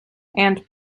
and